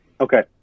Okay